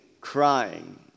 crying